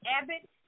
Abbott